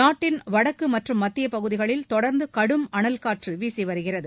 நாட்டின் வடக்கு மற்றும் மத்திய பகுதிகளில் தொடர்ந்து கடும் அனல் காற்று வீசி வருகிறது